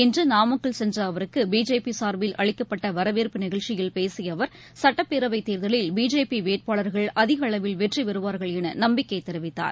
இன்று நாமக்கல் சென்ற அவருக்கு பிஜேபி சார்பில் அளிக்கப்பட்ட வரவேற்பு நிகழ்ச்சியில் பேசிய அவர் சட்டப்பேரவைத்தேர்தலில் பிஜேபி வேட்பாளர்கள் அதிக அளவில் வெற்றிபெறுவார்கள் என நம்பிக்கை தெரிவித்தார்